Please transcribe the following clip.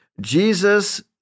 Jesus